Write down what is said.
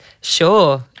Sure